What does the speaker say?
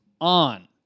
On